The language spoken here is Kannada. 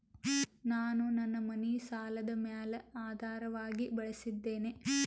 ನಾನು ನನ್ನ ಮನಿ ಸಾಲದ ಮ್ಯಾಲ ಆಧಾರವಾಗಿ ಬಳಸಿದ್ದೇನೆ